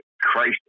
Christ